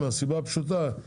מהסיבה הפשוטה,